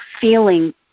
feeling